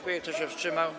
Kto się wstrzymał?